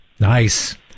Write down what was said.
Nice